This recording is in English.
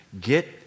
Get